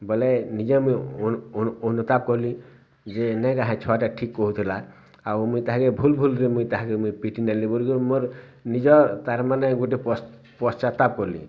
ବୋଲେ ନିଜେ ମୁଇଁ ଅନୁତାପ କଲି ଯେ ନାଇଁଗା ସେ ଛୁଆଟା ଠିକ୍ କହୁଥିଲା ଆଉ ମୁଇଁ ତାହାକେ ଭୁଲ୍ ଭୁଲ୍ ରେ ମୁଇଁ ତାହାକେ ମୁଇଁ ପିଟିନେଲି ବୋଲି ମୋର୍ ନିଜର୍ ତାର୍ ମାନେ ଗୁଟେ ପଶ୍ଚାତାପ୍ କଲି